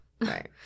Right